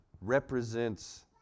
represents